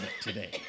today